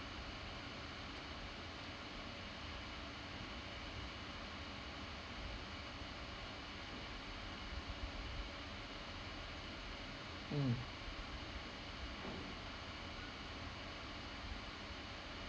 mm